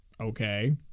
Okay